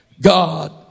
God